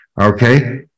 Okay